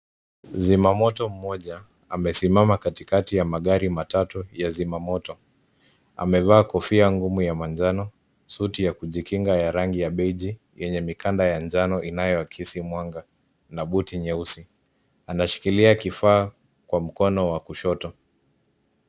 Mzimamoto mmoja amesimama katikati ya magari matatu ya zimamoto. Amevaa kofia ngumu ya manjano, suti ya kujikinga ya rangi ya beige yenye mikanda ya njano inayoakisi mwanga na buti nyeusi. Anashikilia kifaa kwa mkono wa kushoto.